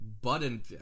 button